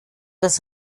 das